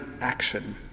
action